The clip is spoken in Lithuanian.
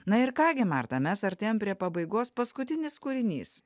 na ir ką gi marta mes artėjam prie pabaigos paskutinis kūrinys